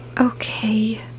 Okay